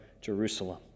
Jerusalem